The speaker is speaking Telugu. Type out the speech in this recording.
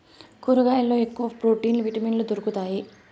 కూరగాయల్లో ఎక్కువ ప్రోటీన్లు విటమిన్లు దొరుకుతాయి